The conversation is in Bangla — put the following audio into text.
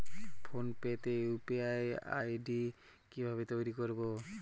ফোন পে তে ইউ.পি.আই আই.ডি কি ভাবে তৈরি করবো?